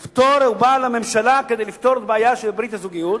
הוא בא לממשלה כדי לפתור בעיה של ברית הזוגיות,